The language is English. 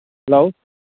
hello